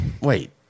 Wait